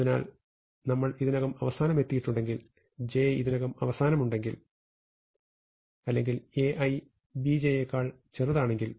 അതിനാൽ നമ്മൾ ഇതിനകം അവസാനം എത്തിയിട്ടുണ്ടെങ്കിൽ j ഇതിനകം അവസാനം ഉണ്ടെങ്കിൽ അല്ലെങ്കിൽ Ai Bj യേക്കാൾ ചെറുതാണെങ്കിൽ